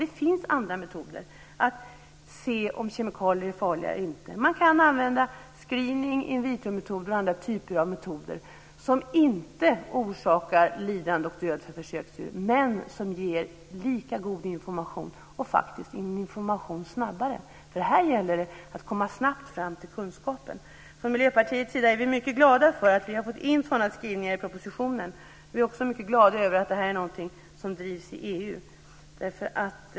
Det finns andra metoder att se om kemikalier är farliga eller inte. Man kan använda screening, in vitro-metoden och andra typer av metoder som inte orsakar lidande och död för försöksdjur men som ger lika god information och dessutom snabbare. Här gäller det nämligen att komma snabbt fram till kunskapen. Vi i Miljöpartiet är mycket glada för att vi har fått in sådana skrivningar i propositionen. Vi är också mycket glada över att detta är någonting som drivs i EU.